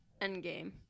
Endgame